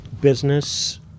business